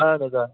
اَدٕ حظ آ